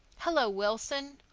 hello, wilson.